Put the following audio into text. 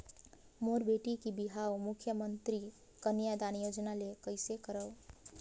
मोर बेटी के बिहाव मुख्यमंतरी कन्यादान योजना ले कइसे करव?